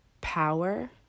power